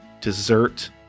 dessert